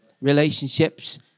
relationships